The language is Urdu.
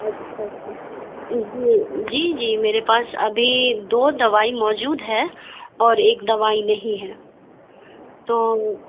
اچھا اچھا جی جی میرے پاس ابھی دو دوائی موجود ہے اورایک دوائی نہیں ہے تو